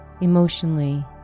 emotionally